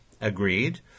Agreed